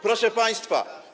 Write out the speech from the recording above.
Proszę państwa.